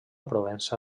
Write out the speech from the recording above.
provença